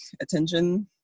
attention